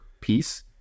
piece